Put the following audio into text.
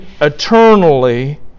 eternally